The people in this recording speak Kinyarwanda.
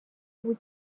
ubu